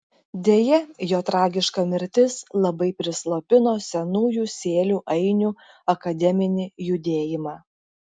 deja jo tragiška mirtis labai prislopino senųjų sėlių ainių akademinį judėjimą